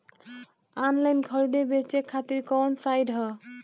Online खरीदे बेचे खातिर कवन साइड ह?